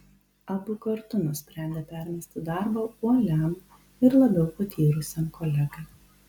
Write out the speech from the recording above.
abu kartu nusprendė permesti darbą uoliam ir labiau patyrusiam kolegai